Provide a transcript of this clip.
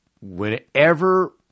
whenever